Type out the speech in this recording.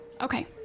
Okay